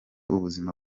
ubuza